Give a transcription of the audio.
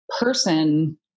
person